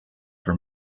for